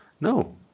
No